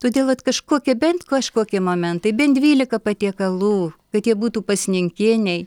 todėl vat kažkokie bent kažkokie momentai bent dvylika patiekalų kad jie būtų pasninkiniai